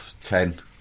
Ten